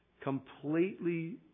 Completely